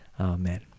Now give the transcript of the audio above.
Amen